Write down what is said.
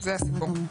זה הסיפור.